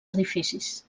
edificis